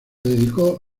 dedicó